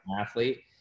athlete